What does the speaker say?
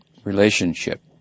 relationship